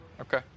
Okay